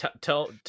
Tell